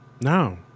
No